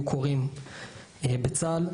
קורים בצה"ל,